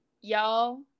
y'all